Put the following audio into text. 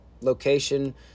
location